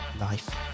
life